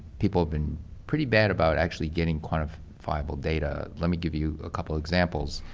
people have been pretty bad about actually getting quantifiable data. let me give you a couple of examples.